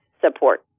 support